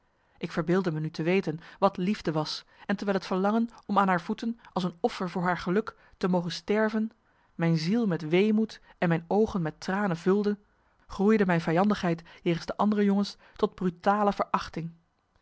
ik verbeeldde me nu te weten wat liefde was en terwijl het verlangen om aan haar voeten als een offer voor haar geluk te mogen sterven mijn ziel met weemoed en mijn oogen met tranen vulde groeide mijn vijandigheid jegens de andere jongens tot brutale verachting